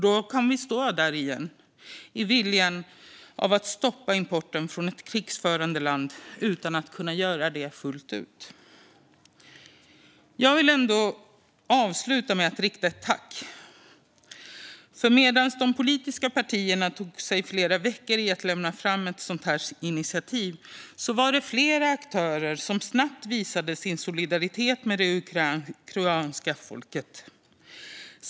Då kan vi stå där igen i viljan att stoppa importen från ett krigförande land utan att kunna göra det fullt ut. Jag vill ändå avsluta med att rikta ett tack. När de politiska partierna tog flera veckor på sig att ta fram ett initiativ var det flera aktörer som snabbt visade sin solidaritet med det ukrainska folket.